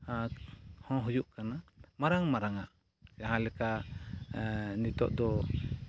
ᱟᱨᱦᱚᱸ ᱦᱩᱭᱩᱜ ᱠᱟᱱᱟ ᱢᱟᱨᱟᱝ ᱢᱟᱨᱟᱝᱼᱟᱜ ᱡᱟᱦᱟᱸ ᱞᱮᱠᱟ ᱱᱤᱛᱳᱜ ᱫᱚ